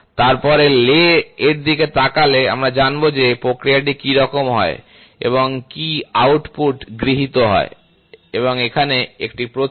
তারপর লে এর দিকে তাকালে আমরা জানব যে প্রক্রিয়াটি কী করা হয় এবং কী আউটপুট গৃহীত হয় এবং এখানে একটি প্রতীক